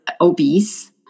obese